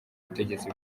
ubutegetsi